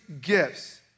gifts